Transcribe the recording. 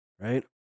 right